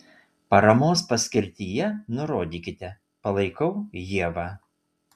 paramos paskirtyje nurodykite palaikau ievą